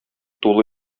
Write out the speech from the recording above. тулы